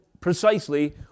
precisely